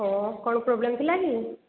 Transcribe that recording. ହଁ କ'ଣ ପ୍ରୋବ୍ଲେମ୍ ଥିଲା କି